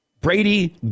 Brady